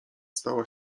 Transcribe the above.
stała